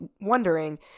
wondering